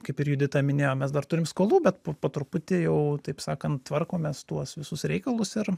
kaip ir judita minėjo mes dar turim skolų bet po truputį jau taip sakant tvarkomės tuos visus reikalus ir